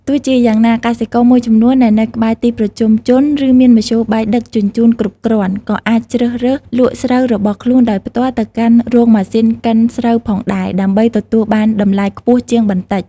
ទោះជាយ៉ាងណា កសិករមួយចំនួនដែលនៅក្បែរទីប្រជុំជន ឬមានមធ្យោបាយដឹកជញ្ជូនគ្រប់គ្រាន់ ក៏អាចជ្រើសរើសលក់ស្រូវរបស់ខ្លួនដោយផ្ទាល់ទៅកាន់រោងម៉ាស៊ីនកិនស្រូវផងដែរ ដើម្បីទទួលបានតម្លៃខ្ពស់ជាងបន្តិច។